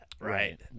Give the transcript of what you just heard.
Right